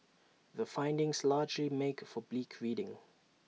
the findings largely make for bleak reading